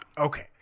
Okay